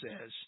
says